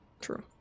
True